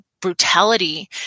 brutality